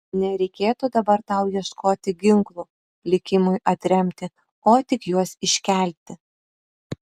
nereikėtų dabar tau ieškoti ginklų likimui atremti o tik juos iškelti